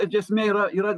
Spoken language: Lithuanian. bet esmė yra yra